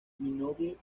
minogue